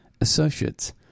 associates